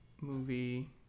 movie